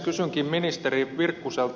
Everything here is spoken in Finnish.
kysynkin ministeri virkkuselta